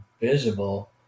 visible